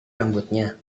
rambutnya